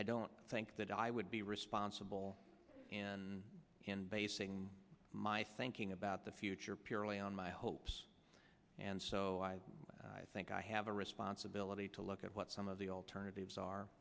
i don't think that i would be responsible and in basing my thinking about the future purely on my hopes and so i think i have a responsibility to look at what some of the alternatives are